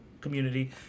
community